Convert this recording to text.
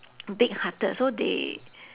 big hearted so they